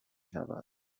شود